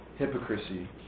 Hypocrisy